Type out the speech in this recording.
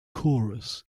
chorus